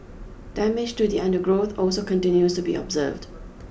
damage to the undergrowth also continues to be observed